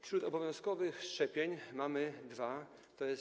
Wśród obowiązkowych szczepień mamy dwa, tj.